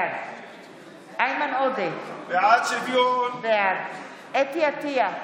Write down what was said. בעד איימן עודה, בעד חוה אתי עטייה,